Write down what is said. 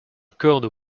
accorde